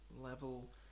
level